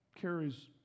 carries